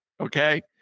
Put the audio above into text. Okay